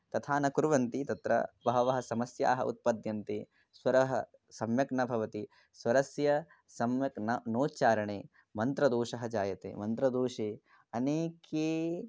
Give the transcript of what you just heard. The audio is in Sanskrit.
तथा न कुर्वन्ति तत्र बहवः समस्याः उत्पद्यन्ते स्वरः सम्यक् न भवति स्वरस्य सम्यक् न नोच्चारणे मन्त्रदोषः जायते मन्त्रदोषे अनेके